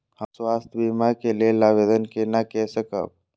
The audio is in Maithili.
हम स्वास्थ्य बीमा के लेल आवेदन केना कै सकब?